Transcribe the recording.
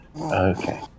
Okay